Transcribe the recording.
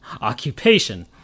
occupation